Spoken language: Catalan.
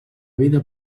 vida